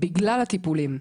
בגלל הטיפולים.